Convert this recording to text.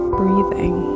breathing